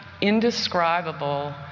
indescribable